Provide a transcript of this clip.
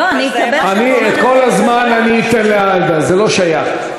אני, את כל הזמן אני אתן לעאידה, זה לא שייך.